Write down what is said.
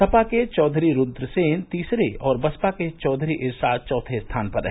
सपा के चौधरी रूद्रसेन तीसरे और बसपा के चौधरी इरशाद चौथे स्थान पर रहे